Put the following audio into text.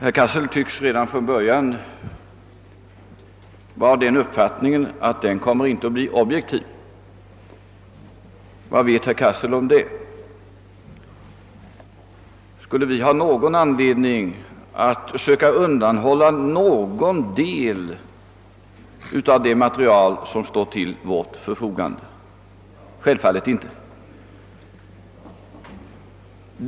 Herr Cassel tycks redan från början ha den uppfattningen att denna redovisning inte kommer att bli objektiv. Vad vet herr Cassel om det? Skulle vi ha anledning att söka undanhålla någon del av det material som står till vårt förfogande? Självfallet inte.